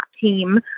team